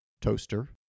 Toaster